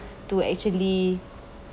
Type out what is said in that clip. to actually